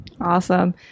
Awesome